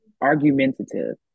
argumentative